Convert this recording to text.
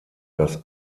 dass